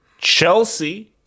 Chelsea